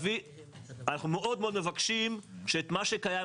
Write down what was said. אנחנו מאוד מאוד מבקשים שאת מה שקיים